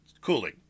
cooling